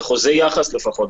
בחוזי יחס לפחות.